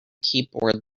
keyboard